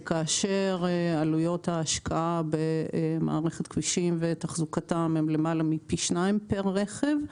כאשר עלויות ההשקעה במערכת כבישים ותחזוקתם הם למעלה מפי שניים פר רכב.